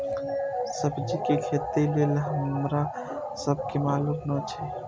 सब्जी के खेती लेल हमरा सब के मालुम न एछ?